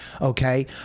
Okay